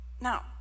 Now